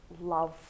love